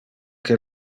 que